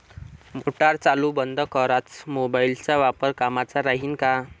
Motor चालू बंद कराच मोबाईलचा वापर कामाचा राहीन का?